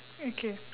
okay